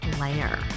layer